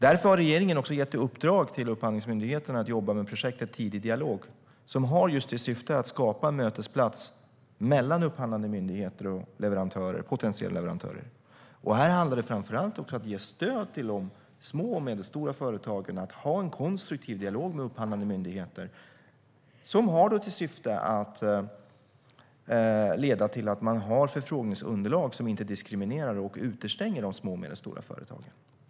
Därför har regeringen gett i uppdrag till Upphandlingsmyndigheten att jobba med projektet Tidig dialog, som har just till syfte att skapa en mötesplats mellan upphandlande myndigheter och potentiella leverantörer. Här handlar det framför allt om att ge stöd till de små och medelstora företagen för att de ska kunna ha en konstruktiv dialog med upphandlande myndigheter. Syftet är att det ska leda till ett förfrågningsunderlag som inte diskriminerar och utestänger de små och medelstora företagen.